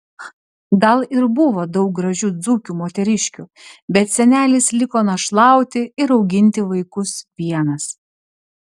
gal ir buvo daug gražių dzūkių moteriškių bet senelis liko našlauti ir auginti vaikus vienas